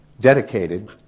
dedicated